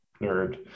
nerd